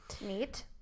Neat